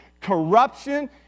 Corruption